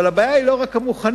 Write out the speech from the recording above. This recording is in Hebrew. אבל הבעיה היא לא רק המוכנים.